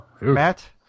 Matt